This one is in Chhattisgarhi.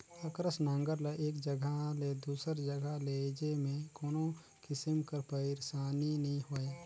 अकरस नांगर ल एक जगहा ले दूसर जगहा लेइजे मे कोनो किसिम कर पइरसानी नी होए